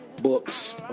books